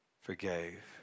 forgave